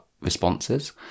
responses